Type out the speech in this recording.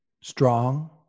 strong